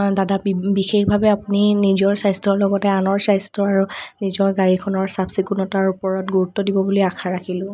দাদা বিশেষভাৱে আপুনি নিজৰ স্বাস্থ্যৰ লগতে আনৰ স্বাস্থ্য আৰু নিজৰ গাড়ীখনৰ চাফ চিকুণতাৰ ওপৰত গুৰুত্ব দিব বুলি আশা ৰাখিলোঁ